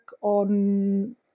on